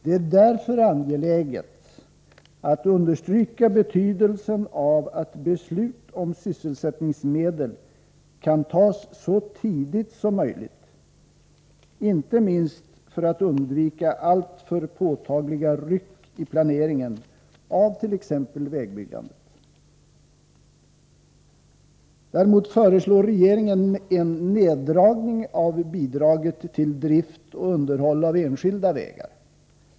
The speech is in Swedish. Det är därför angeläget att understryka betydelsen av att beslut om sysselsättningsmedel kan fattas så tidigt som möjligt — inte minst för att man skall kunna undvika alltför påtagliga ryck i planeringen av t.ex. vägbyggandet. Däremot föreslår regeringen en neddragning av bidraget till drift och underhåll av enskilda vägar.